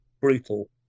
brutal